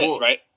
right